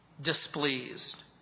displeased